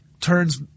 turns